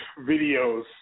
videos